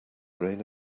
grain